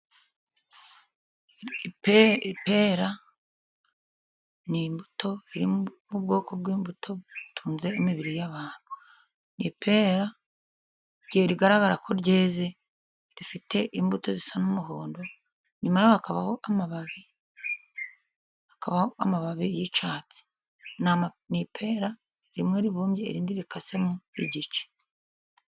Ipera ni urubuto ruri mu bwoko bw'imbuto butunze imibiri y'abantu. Ipera rigaragara ko ryeze, rifite imbuto zisa n'umuhondo. Inyuma yaho hakabaho amababi, amababi y'icyatsi. Ni ipera rimwe ribumbye irindi rikasemo igice.